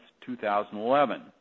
2011